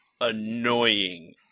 annoying